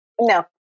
no